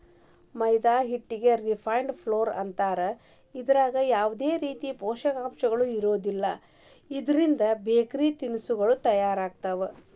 ಮೈದಾ ಹಿಟ್ಟಿಗೆ refined flour ಅಂತಾರ, ಇದ್ರಾಗ ಯಾವದೇ ರೇತಿ ಪೋಷಕಾಂಶಗಳು ಇರೋದಿಲ್ಲ, ಇದ್ರಿಂದ ಬೇಕರಿ ತಿನಿಸಗಳನ್ನ ಮಾಡ್ತಾರ